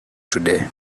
today